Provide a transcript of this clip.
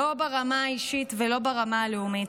לא ברמה האישית ולא ברמה הלאומית.